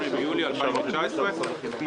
18 מיליון --- אני מסתכל,